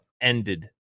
ended